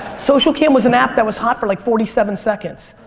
socialcam was an app that was hot for like forty seven seconds.